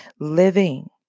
living